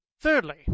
Thirdly